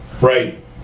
right